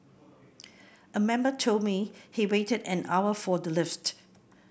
a member told me he waited an hour for the lift